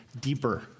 deeper